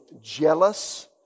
jealous